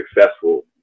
successful